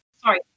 sorry